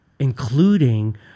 including